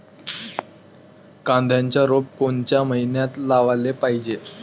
कांद्याचं रोप कोनच्या मइन्यात लावाले पायजे?